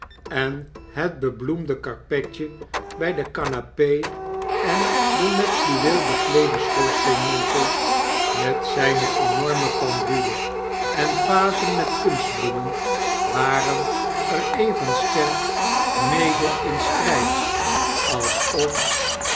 en het bebloemde karpetje by de canape en de met fluweel bekleede schoorsteenmantel met zijne enorme pendule en vazen met kunstbloemen waren er even sterk mede in strgd alsof